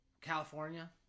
California